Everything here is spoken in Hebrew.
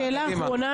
שאלה אחרונה.